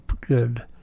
good